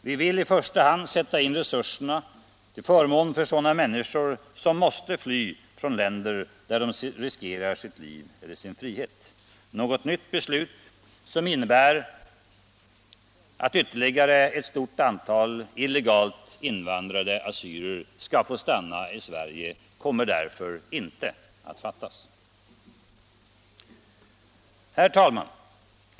Vi vill i första hand sätta in resurserna till förmån för sådana människor som måste fly från länder där de riskerar sina liv eller sin frihet. Något nytt beslut som innebär att ytterligare ett stort antal illegalt invandrade assyrier skall få stanna i Sverige kommer därför inte att fattas. Herr talman!